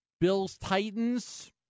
Bills-Titans